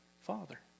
Father